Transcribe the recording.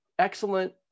Excellent